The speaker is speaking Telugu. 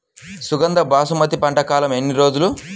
సుగంధ బాసుమతి పంట కాలం ఎన్ని రోజులు?